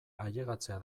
ailegatzea